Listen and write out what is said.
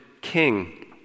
king